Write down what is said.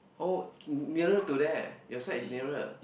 oh nearer to there your side is nearer